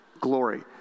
glory